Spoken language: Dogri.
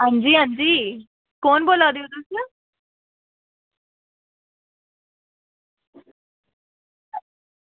हां जी हां जी कौन बोला दे ओ तुस